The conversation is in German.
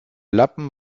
lappen